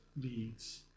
leads